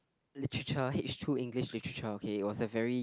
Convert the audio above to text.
literature H two English literature okay it was a very